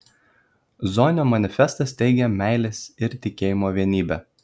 zonio manifestas teigia meilės ir tikėjimo vienybę